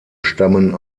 stammen